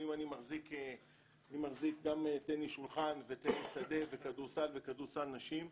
ואני מחזיק גם טניס שולחן וטניס שדה וכדורסל וכדורסל נשים,